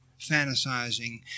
fantasizing